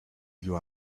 you